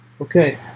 Okay